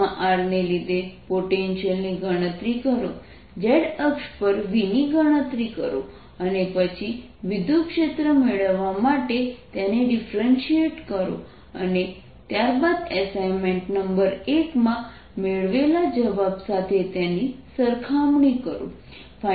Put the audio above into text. તમે ને લીધે પોટેન્શિયલની ગણતરી કરો z અક્ષ પર v ની ગણતરી કરો અને પછી વિદ્યુતક્ષેત્ર મેળવવા માટે તેને ડિફરેન્શીએટ કરો અને ત્યારબાદ એસાઈનમેન્ટ નંબર 1 માં મેળવેલા જવાબ સાથે તેની સરખામણી કરો